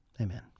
Amen